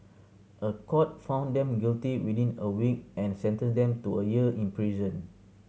a court found them guilty within a week and sentenced them to a year in prison